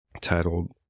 titled